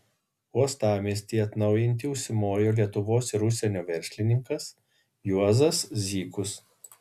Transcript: uostamiestį atnaujinti užsimojo lietuvos ir užsienio verslininkas juozas zykus